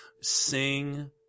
Sing